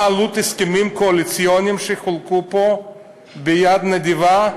מהי העלות של הסכמים קואליציוניים שחולקו פה ביד נדיבה?